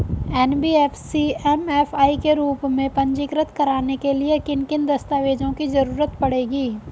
NBFC MFI के रूप में पंजीकृत कराने के लिए किन किन दस्तावेजों की जरूरत पड़ेगी?